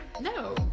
No